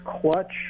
clutch